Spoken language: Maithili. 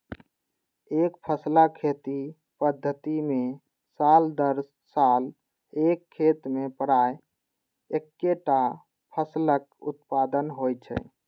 एकफसला खेती पद्धति मे साल दर साल एक खेत मे प्रायः एक्केटा फसलक उत्पादन होइ छै